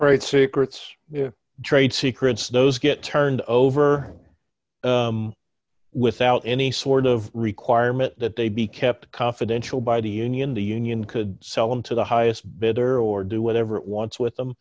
right secrets trade secrets those get turned over without any sort of requirement that they be kept confidential by the union the union could sell them to the highest bidder or do whatever it wants with them